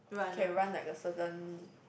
can run like a certain